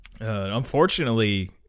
Unfortunately